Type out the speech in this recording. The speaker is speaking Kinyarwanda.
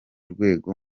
rwego